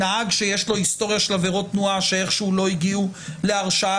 נהג שיש לו היסטוריה של עבירות תנועה שאיכשהו לא הגיעו להרשעה